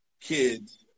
kids